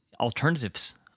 alternatives